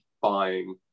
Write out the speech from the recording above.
buying